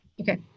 Okay